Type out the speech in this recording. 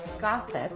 GOSSIP